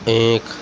ایک